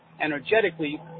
energetically